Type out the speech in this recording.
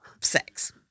sex